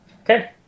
Okay